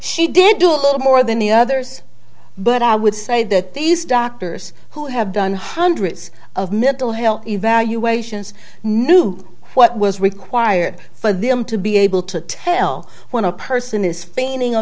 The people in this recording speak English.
she did do a little more than the others but i would say that these doctors who have done hundreds of mental health evaluations knew what was required for them to be able to tell when a person is feigning a